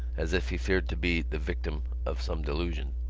as if he feared to be the victim of some delusion.